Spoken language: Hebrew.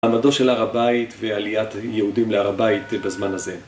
מעמדו של הר הבית ועליית יהודים להר הבית בזמן הזה.